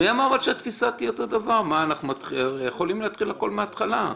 אנחנו נצטרך להתחיל הכול מהתחלה.